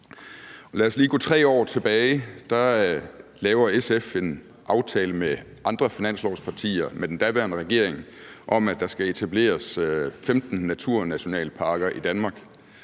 Lad os lige gå 3 år tilbage. Da laver SF en aftale med andre finanslovspartier og med den daværende regering om, at der skal etableres 15 naturnationalparker i Danmark.